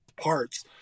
parts